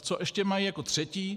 Co ještě mají jako třetí.